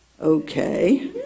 okay